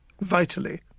vitally